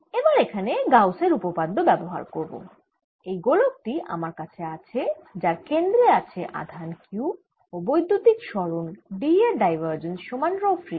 এবার এখানে গাউসের উপপাদ্য ব্যবহার করব এই গোলক টি আমার কাছে আছে যার কেন্দ্রে আছে আধান Q ও বৈদ্যুতিক সরণD এর ডাইভারজেন্স সমান রো ফ্রী